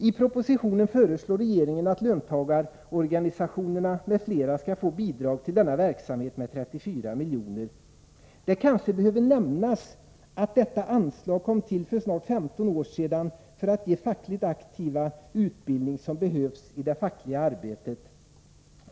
I propostionen föreslår regeringen att löntagarorganisationerna m.fl. skall få bidrag till denna verksamhet med 34 miljoner. Det kanske behöver nämnas att detta anslag kom till för snart 15 år sedan för att ge fackligt aktiva sådan utbildning som behövs i det fackliga arbetet.